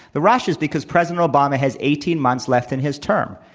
the rush is because president obama has eighteen months left in his term.